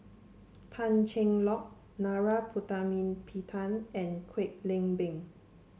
Tan Cheng Lock Narana Putumaippittan and Kwek Leng Beng